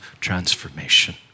transformation